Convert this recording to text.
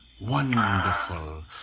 wonderful